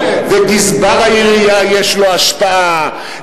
וגזבר העיר יש לו השפעה,